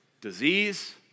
Disease